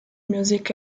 music